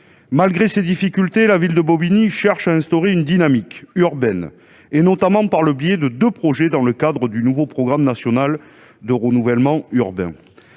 Malgré ces difficultés, la ville de Bobigny cherche à instaurer une dynamique urbaine, notamment par le biais de deux projets dans le cadre du nouveau programme national de renouvellement urbain.